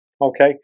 okay